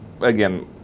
again